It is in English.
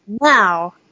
Now